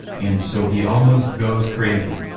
and so he almost goes crazy.